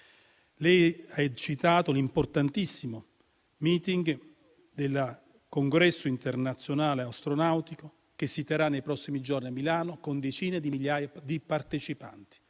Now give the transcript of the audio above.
Lei ha citato l'importantissimo *meeting* del Congresso internazionale astronautico, che si terrà nei prossimi giorni a Milano con decine di migliaia di partecipanti,